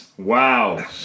Wow